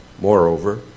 Moreover